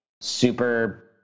super